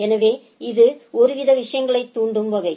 எனவே இது ஒருவிதமான விஷயங்களைத் தூண்டும் வகை